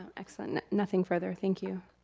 excellent, nothing further, thank you.